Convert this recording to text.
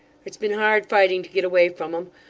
it's been hard fighting to get away from em.